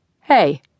Hey